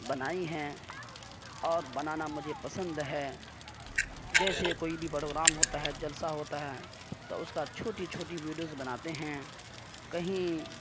بنائی ہیں اور بنانا مجھے پسند ہے جیسے کوئی بھی پروگرام ہوتا ہے جلسہ ہوتا ہے تو اس کا چھوٹی چھوٹی ویڈیوز بناتے ہیں کہیں